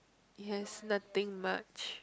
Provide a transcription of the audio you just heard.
it has nothing much